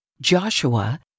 Joshua